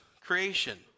creation